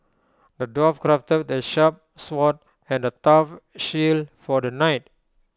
the dwarf crafted A sharp sword and A tough shield for the knight